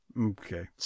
Okay